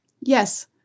Yes